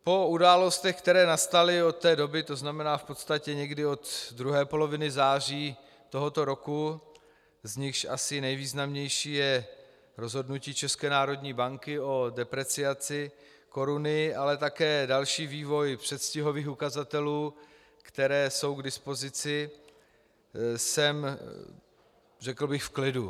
Po událostech, které nastaly od té doby, to znamená v podstatě někdy od druhé poloviny září tohoto roku, z nichž asi nejvýznamnější je rozhodnutí České národní banky o depreciaci koruny, ale také další vývoj předstihových ukazatelů, které jsou k dispozici, jsem, řekl bych, v klidu.